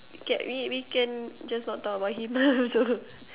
can we we can just not talk about him so